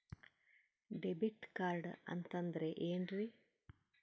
Debit card ಅಂತಂದ್ರೆ ಏನ್ರೀ?